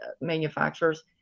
manufacturers